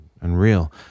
unreal